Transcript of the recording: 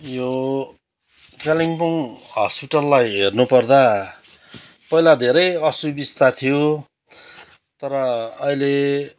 यो कालिम्पोङ हस्पिटललाई हेर्नुपर्दा पहिला धेरै असुविस्ता थियो तर अहिले